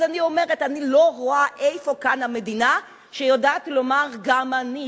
אז אני אומרת: אני לא רואה איפה כאן המדינה שיודעת לומר גם אני,